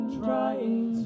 trying